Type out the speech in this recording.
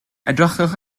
edrychwch